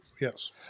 Yes